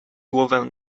głowę